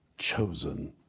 chosen